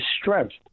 strength